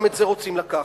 גם את זה רוצים לקחת.